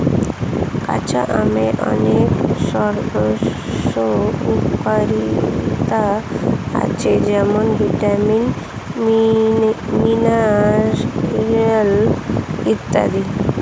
কাঁচা আমের অনেক স্বাস্থ্য উপকারিতা আছে যেমন ভিটামিন, মিনারেল ইত্যাদি